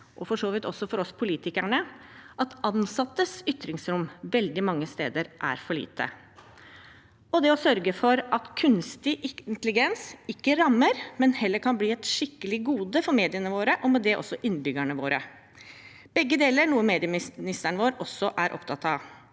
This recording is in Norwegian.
og for så vidt også for oss politikere, at ansattes ytringsrom veldig mange steder er for lite, og det å sørge for at kunstig intelligens ikke rammer, men heller kan bli et skikkelig gode for mediene våre, og med det også innbyggerne våre. Begge deler er noe medieministeren vår også er opptatt av.